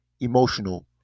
emotional